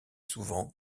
souvent